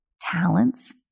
talents